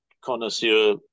connoisseur